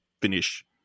finish